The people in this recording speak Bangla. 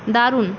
দারুণ